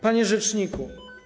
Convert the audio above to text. Panie Rzeczniku!